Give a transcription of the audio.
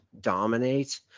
dominate